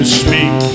speak